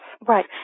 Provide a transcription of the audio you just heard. Right